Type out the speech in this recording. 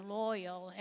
loyal